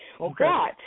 Okay